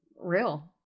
real